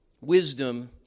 wisdom